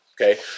okay